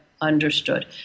understood